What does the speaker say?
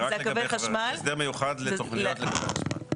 הסדר מיוחד לתוכניות לגבי החשמל.